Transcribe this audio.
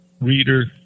reader